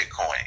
Bitcoin